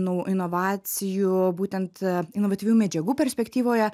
nau inovacijų būtent a inovatyvių medžiagų perspektyvoje